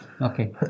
okay